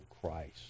Christ